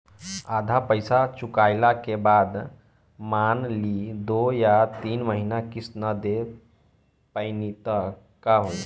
आधा पईसा चुकइला के बाद मान ली दो या तीन महिना किश्त ना दे पैनी त का होई?